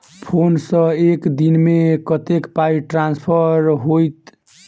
Phone सँ एक दिनमे कतेक पाई ट्रान्सफर होइत?